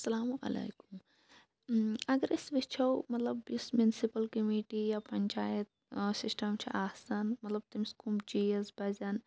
السَلامُ علیکُم اگر أسۍ وٕچھو مطلب یُس مینسِپل کمیٖٹی یا پَنچایَت سِسٹَم چھُ آسان مَطلَب تمِس کم چیٖز پَزن